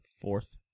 Fourth